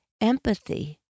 empathy